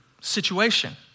situation